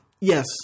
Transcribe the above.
Yes